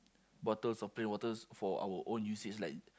bottles of plain waters for our own usage like